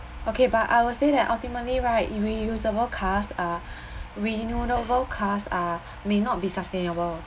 okay but I would say that ultimately right reusable cars are renewable cars are may not be sustainable